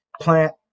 plant